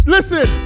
Listen